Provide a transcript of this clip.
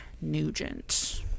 nugent